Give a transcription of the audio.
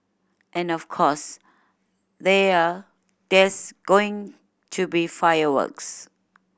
and of course they are there's going to be fireworks